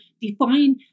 define